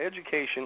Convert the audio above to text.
education